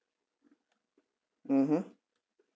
mmhmm